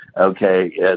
Okay